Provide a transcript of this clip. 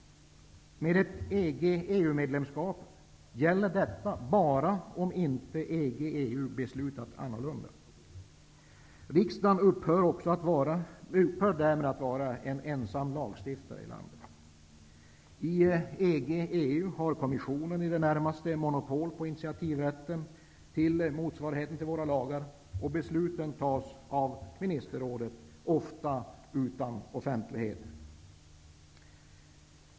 Med ett EG EU har beslutat annorlunda. Riksdagen upphör därmed att vara ensam lagstiftare i landet. I EG/EU har kommissionen i det närmaste monopol på initiativrätten till motsvarigheten till våra lagar, och besluten fattas av Ministerrådet, ofta utan offentlighet.